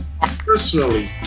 personally